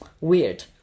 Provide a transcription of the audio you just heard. weird